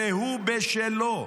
והוא בשלו: